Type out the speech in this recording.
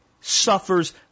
suffers